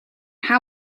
how